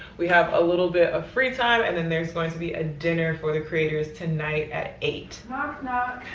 we have a little bit of free time, and then there's going to be a dinner for the creators tonight at eight. knock, knock.